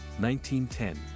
1910